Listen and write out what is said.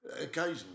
occasionally